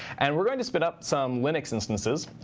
and we're going to spin up some linux instances.